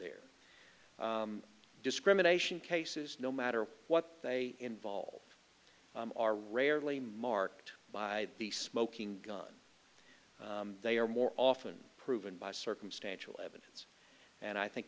there discrimination cases no matter what they involve are rarely marked by the smoking gun they are more often proven by circumstantial evidence and i think